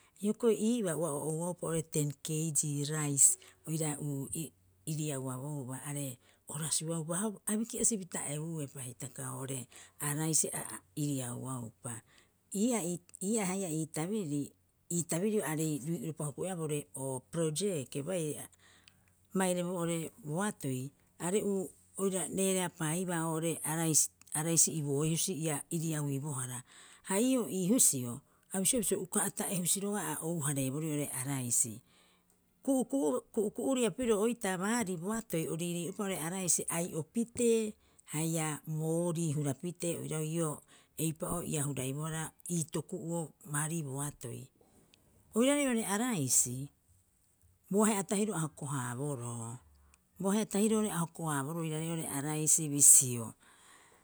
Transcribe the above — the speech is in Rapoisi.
Hiokoi iibaa ua o ouaupa tenkeigii rais oira iri- iriiauabouba are o rasuaupa ha biki'asipita ebuepa hitaka oo'ore araisi a iriauapa. Ii'aa haia iitabiriri ii tabirio aarei rui'opa huku'oea bore o projeke baire- baire boo'ore boatoi are'uu oria reareapaaibaa oo'ore araisi- araisi ibooe husi ia iriauibo hara, ha ii'oo ii husio abisioea bisio, uka ata'ehusi roga'a ouhareeborii oo'ore araisi. Ku'uku'uro- ku'uku'uria pirio oitaa baari boatoi o riiriiuropa oo'ore araisi, ai'opitee haia boori hurapite. Oirau ii'oo eipa'oo ia huraibohara ii toku'uo baari boatoi. Oiraarei oo'ore araisi boahe'a tahiro a ohoko- haaboroo. Bo ahe'a tahiro oo'ore a hoko- haaboro oiraarei oo're araisi bisio.